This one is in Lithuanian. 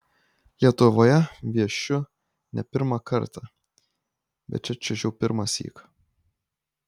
lietuvoje viešiu ne pirmą kartą bet čia čiuožiau pirmąsyk